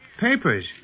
Papers